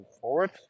forward